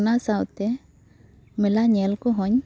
ᱚᱱᱟ ᱥᱟᱶᱛᱮ ᱢᱮᱞᱟ ᱧᱮᱞ ᱠᱚᱦᱚᱸᱧ